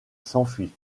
s’enfuit